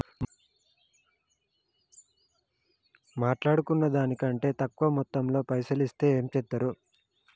మాట్లాడుకున్న దాని కంటే తక్కువ మొత్తంలో పైసలు ఇస్తే ఏం చేత్తరు?